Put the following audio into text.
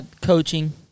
Coaching